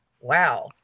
wow